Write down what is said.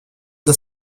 the